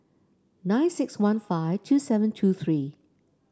nine six one five two seven two three